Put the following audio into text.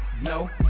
No